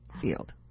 field